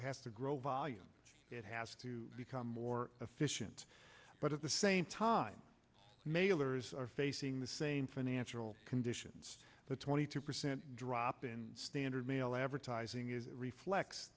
have to grow volume it has to become more efficient but at the same time mailers are facing the same financial conditions the twenty two percent drop in standard mail advertising it refle